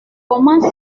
comment